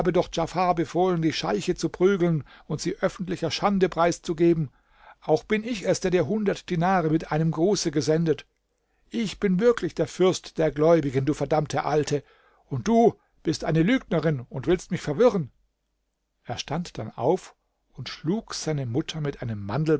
doch djafar befohlen die scheiche zu prügeln und sie öffentlicher schande preiszugeben auch bin ich es der dir hundert dinare mit einem gruße gesendet ich bin wirklich der fürst der gläubigen du verdammte alte und du bist eine lügnerin und willst mich verwirren er stand dann auf und schlug seine mutter mit einem